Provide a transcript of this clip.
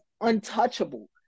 untouchable